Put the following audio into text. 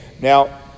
now